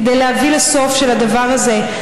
כדי להביא לסוף של הדבר הזה,